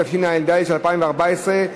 התשע"ד 2014,